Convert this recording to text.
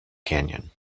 canyon